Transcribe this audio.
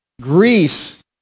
Greece